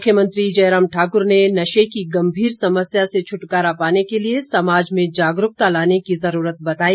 मुख्यमंत्री जयराम ठाकुर ने नशे की गंभीर समस्या से छुटकारा पाने के लिए समाज में जागरूकता लाने की जरूरत बताई